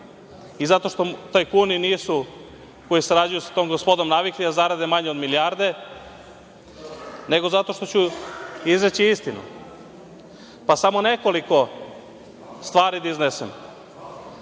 i zato što tajkuni koji sarađuju sa tom gospodom nisu navikli da zarade manje od milijarde, nego zato što ću izreći istinu. Samo nekoliko stvari da iznesem.